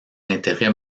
intérêts